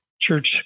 church